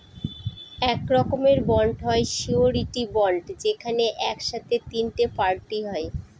এক রকমের বন্ড হয় সিওরীটি বন্ড যেখানে এক সাথে তিনটে পার্টি হয়